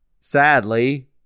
sadly